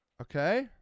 Okay